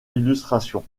illustration